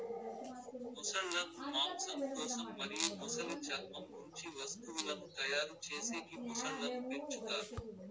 మొసళ్ళ ను మాంసం కోసం మరియు మొసలి చర్మం నుంచి వస్తువులను తయారు చేసేకి మొసళ్ళను పెంచుతారు